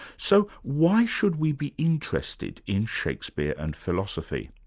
so why should we be interested in shakespeare and philosophy?